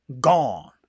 Gone